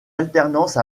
alternance